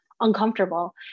uncomfortable